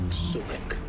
sobeck!